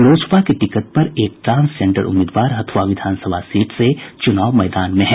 लोजपा के टिकट पर एक ट्रांसजेंडर उम्मीदवार हथुआ विधानसभा सीट से चुनाव मैदान में हैं